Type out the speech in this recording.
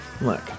look